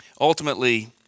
Ultimately